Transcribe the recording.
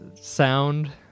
sound